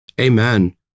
Amen